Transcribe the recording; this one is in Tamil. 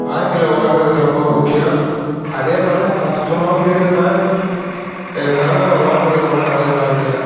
வாழ்க்கையில் ஓடுகிறது ரொம்ப முக்கியம் அதேபோல் கஷ்டமாகவும் இருக்கும் தான் இருந்தாலும் ஓடுகிறது ரொம்ப நல்லது வாழ்க்கையில்